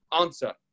answer